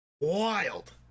Wild